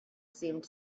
seemed